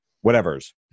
whatever's